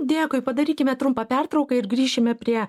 dėkui padarykime trumpą pertrauką ir grįšime prie